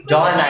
John